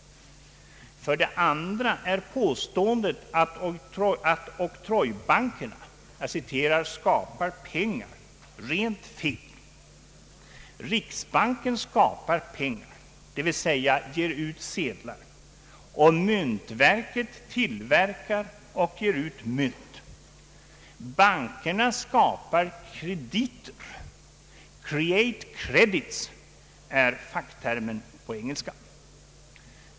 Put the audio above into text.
För det andra är påståendet att oktrojbanker ”skapar pengar” rent fel aktigt. Riksbanken skapar pengar, d.v.s. ger ut sedlar. Myntverket tillverkar och ger ut mynt. Bankerna skapar = krediter. ”Create credit” är facktermen på engelska.